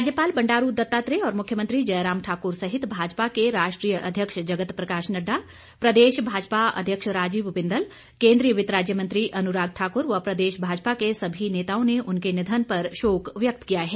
राज्यपाल बंडारू दत्तात्रेय और मुख्यमंत्री जयराम ठाकुर सहित भाजपा के राष्ट्रीय अध्यक्ष जगत प्रकाश नड़्डा प्रदेश भाजपा अध्यक्ष राजीव बिंदल केंद्रीय वित्त राज्य मंत्री अनुराग ठाकुर व प्रदेश भाजपा के सभी नेताओं ने उनके निधन पर शोक व्यक्त किया है